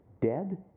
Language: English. dead